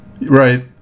Right